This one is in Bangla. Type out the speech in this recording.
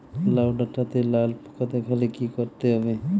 লাউ ডাটাতে লাল পোকা দেখালে কি করতে হবে?